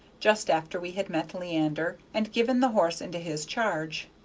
just after we had met leander and given the horse into his charge.